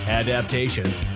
adaptations